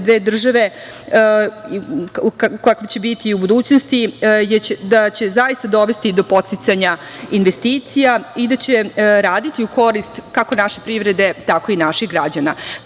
dve države kakva će biti i u budućnosti, da će zaista dovesti do podsticanja investicija i da će raditi u korist kako naše privrede, tako i naših građana. Kada